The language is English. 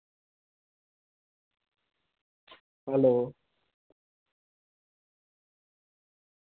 hello